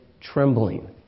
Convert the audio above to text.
trembling